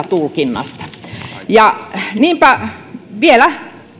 tulkinnasta niinpä vielä